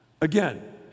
Again